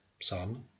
son